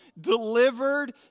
delivered